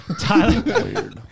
Tyler